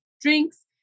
drinks